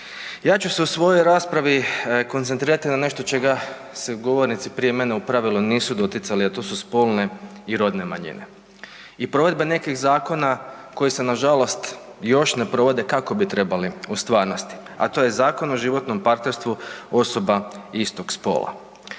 Ja ću se u svojoj raspravi koncentrirati na nešto čega se govornici prije mene u pravilu nisu doticali, a to su spone i rodne manjine i provedbe nekih zakona koji se nažalost još ne provode kako bi trebali u stvarnosti, a to je Zakon o životnom partnerstvu osoba istog spola.